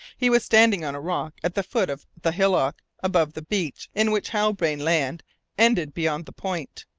he was standing on a rock at the foot of the hillock above the beach in which halbrane land ended beyond the point,